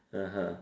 (uh huh)